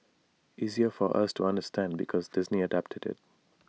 easier for us to understand because Disney adapted IT